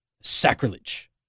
sacrilege